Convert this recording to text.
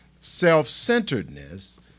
Self-centeredness